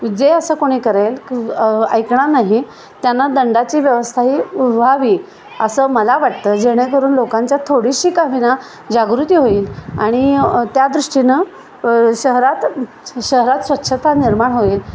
जे असं कोणी करेल की ऐ ऐकणार नाही त्यांना दंडाची व्यवस्था ही व्हावी असं मला वाटतं जेणेकरून लोकांच्या थोडीशी का होईना जागृती होईल आणि त्या दृष्टीनं शहरात शहरात स्वच्छता निर्माण होईल